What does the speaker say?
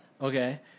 Okay